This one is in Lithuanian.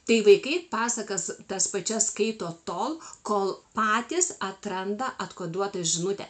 tai vaikai pasakas tas pačias skaito tol kol patys atranda atkoduotą žinutę